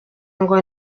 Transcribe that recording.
ngo